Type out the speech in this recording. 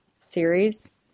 series